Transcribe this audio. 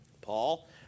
Paul